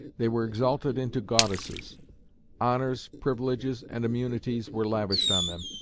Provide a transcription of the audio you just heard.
they were exalted into goddesses honours, privileges, and immunities, were lavished on them,